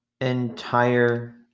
entire